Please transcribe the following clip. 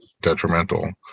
detrimental